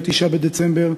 9 בדצמבר,